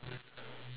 ya